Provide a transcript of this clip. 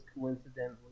coincidentally